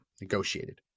negotiated